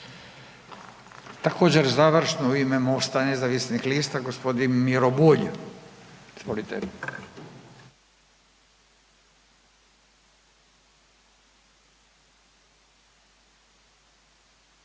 Također završno u ime Mosta nezavisnih lista, g. Miro Bulj,